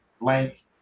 blank